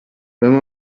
wenn